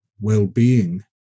well-being